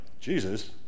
Jesus